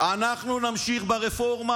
אנחנו נמשיך ברפורמה,